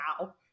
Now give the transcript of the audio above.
wow